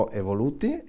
evoluti